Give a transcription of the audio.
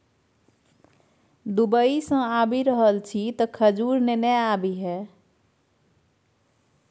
Dubai सँ आबि रहल छी तँ खजूर नेने आबिहे